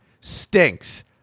stinks